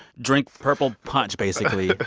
drink purple punch, basically,